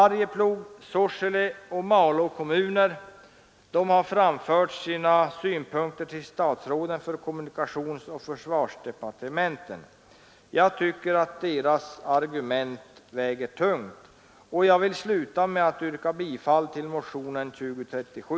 Arjeplogs, Sorsele och Malå kommuner har framfört sina synpunkter till cheferna för kommunikationsoch försvarsdepartementen. Jag tycker att deras argument väger tungt. Jag vill sluta med att yrka bifall till motionen 2037.